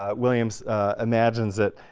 ah williams imagines it,